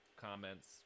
comments